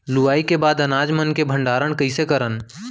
लुवाई के बाद अनाज मन के भंडारण कईसे करन?